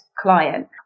Client